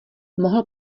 mohl